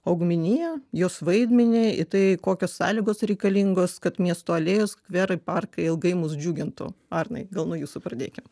augmeniją jos vaidmenį į tai kokios sąlygos reikalingos kad miesto alėjos skverai parkai ilgai mus džiugintų arnai gal nuo jūsų pradėkim